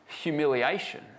humiliation